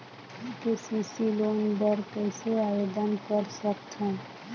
KCC loan बर कइसे आवेदन कर सकथव?